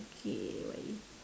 okay what is